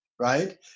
right